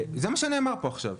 זה מה שנאמר פה עכשיו.